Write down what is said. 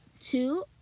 Two